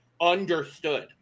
Understood